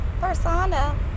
persona